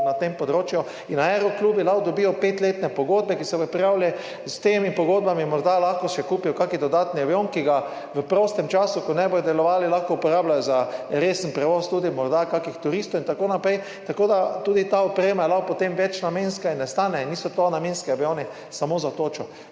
na tem področju. Aeroklubi lahko dobijo petletne pogodbe, ko se bodo prijavili, s temi pogodbami morda lahko še kupijo kakšen dodatni avion, ki ga v prostem času, ko ne bodo delovali, lahko uporabljajo za resen prevoz, morda tudi kakšnih turistov in tako naprej. Tako da tudi ta oprema je lahko potem večnamenska, nas stane in niso to namenski avioni samo za točo.